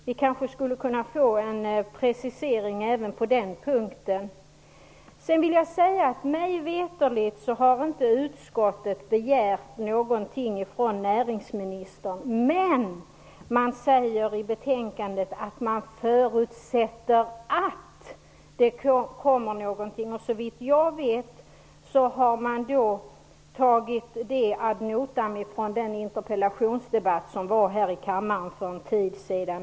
Vi kanske skulle kunna få en precisering även på den punkten. Utskottet har vidare mig veterligt inte begärt någonting från näringsministern, men man uttalar i betänkandet att man förutsätter att det skall komma någonting därifrån. Att döma av den interpellationsdebatt om turism som fördes här i kammaren för en tid sedan har man tagit detta ad notam.